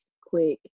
quick